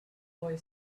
boy